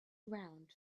around